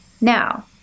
Now